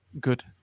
good